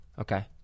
Okay